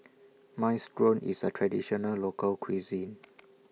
Minestrone IS A Traditional Local Cuisine